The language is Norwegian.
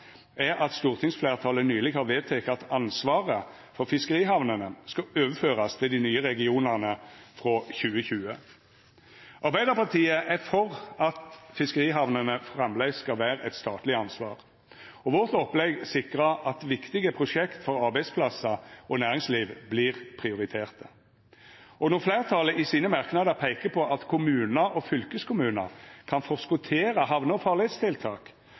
er at stortingsfleirtalet nyleg har vedteke at ansvaret for fiskerihamnene skal overførast til dei nye regionane frå 2020. Arbeidarpartiet er for at fiskerihamnene framleis skal vera eit statleg ansvar, og vårt opplegg sikrar at viktige prosjekt for arbeidsplassar og næringsliv vert prioriterte. Og når fleirtalet i sine merknadar peikar på at kommunar og fylkeskommunar kan forskottera hamne- og